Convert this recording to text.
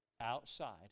outside